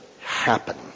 happen